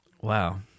Wow